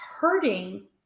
hurting